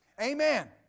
Amen